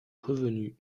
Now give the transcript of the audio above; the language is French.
revenus